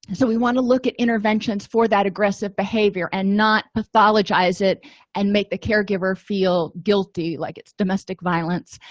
so we want to look at interventions for that aggressive behavior and not pathologize it and make the caregiver feel guilty like it's domestic violence